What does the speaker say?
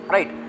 Right